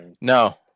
No